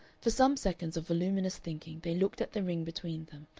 for some seconds of voluminous thinking they looked at the ring between them,